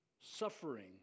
suffering